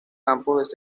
campos